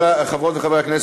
חברות וחברי הכנסת,